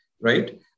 right